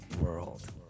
World